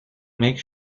make